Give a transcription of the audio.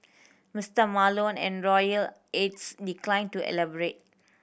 Mister Malone and royal aides declined to elaborate